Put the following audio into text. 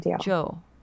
Joe